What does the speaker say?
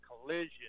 collision